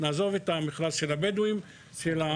נעזוב כרגע את המכרז של הבדואים והאחרים,